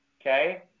Okay